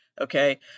okay